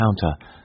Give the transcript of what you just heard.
counter